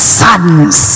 sons